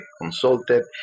consulted